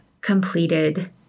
completed